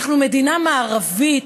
אנחנו מדינה מערבית.